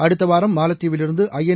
அடுத்தவாரம் மாலத்தீவில் இருந்து ஐஎன்